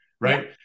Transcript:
right